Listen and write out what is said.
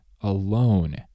alone